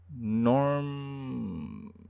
Norm